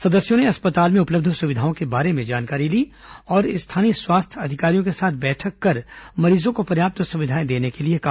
सदस्यों ने अस्पताल में उपलब्ध सुविधाओं के बारे में जानकारी ली और स्थानीय स्वास्थ्य अधिकारियों के साथ बैठक कर मरीजों को पर्याप्त सुविधाएं देने के लिए कहा